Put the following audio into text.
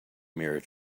mirror